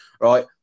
right